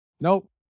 Nope